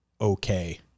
okay